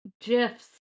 GIFs